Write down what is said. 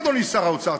אדוני שר האוצר,